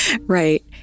right